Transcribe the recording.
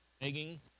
begging